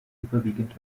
überwiegend